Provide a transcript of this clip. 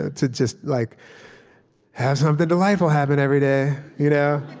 ah to just like have something delightful happen every day. you know